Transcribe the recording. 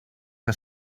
que